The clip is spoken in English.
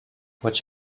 watch